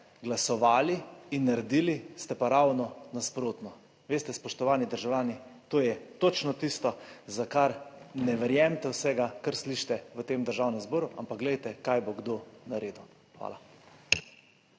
glasovali in naredili ste pa ravno nasprotno. Veste, spoštovani državljani, to je točno tisto, za kar ne verjemite vsega, kar slišite v tem Državnem zboru, ampak glejte kaj bo kdo naredil. Hvala.